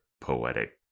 poetic